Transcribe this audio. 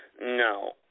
No